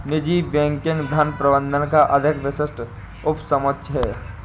निजी बैंकिंग धन प्रबंधन का अधिक विशिष्ट उपसमुच्चय है